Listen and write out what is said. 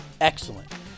excellent